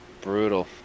Brutal